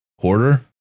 quarter